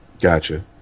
Gotcha